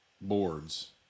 boards